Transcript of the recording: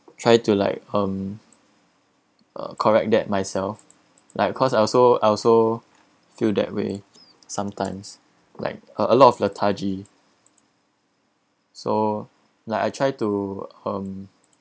try to like um uh correct that myself like cause I also I also feel that way sometimes like a lot of lethargic so like I try to um